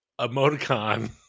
emoticon